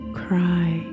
cry